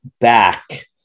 back